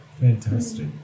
fantastic